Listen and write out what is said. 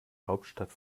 hauptstadt